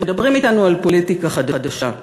מדברים אתנו על פוליטיקה חדשה.